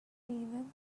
him